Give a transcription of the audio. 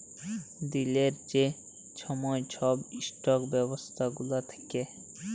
দিলের যে ছময় ছব ইস্টক ব্যবস্থা গুলা থ্যাকে